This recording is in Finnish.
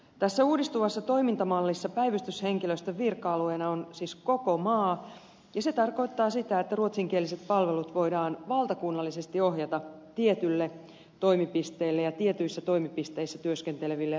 tässä uudistuvassa toimintamallissa päivystyshenkilöstön virka alueena on koko maa ja se tarkoittaa sitä että ruotsinkieliset palvelut voidaan valtakunnallisesti ohjata tietylle toimipisteelle ja tietyissä toimipisteissä työskenteleville ruotsinkielisille päivystäjille